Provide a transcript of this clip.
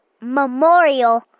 memorial